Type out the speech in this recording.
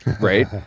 Right